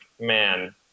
man